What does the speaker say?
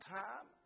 time